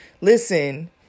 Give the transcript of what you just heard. listen